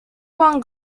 won